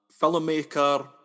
filmmaker